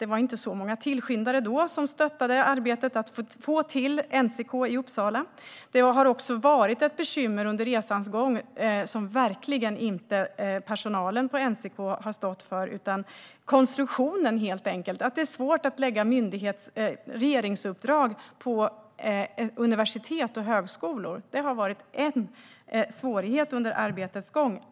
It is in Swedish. Det var inte så många tillskyndare då som stöttade det arbetet. Det har också varit ett bekymmer under resans gång, som verkligen inte personalen på NCK rår för, utan det har helt enkelt handlat om konstruktionen. Det är svårt att lägga ut ett regeringsuppdrag på universitet och högskolor. Det har varit en svårighet under arbetets gång.